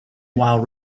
while